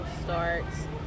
starts